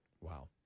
Wow